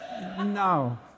No